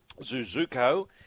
Zuzuko